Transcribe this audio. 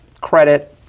credit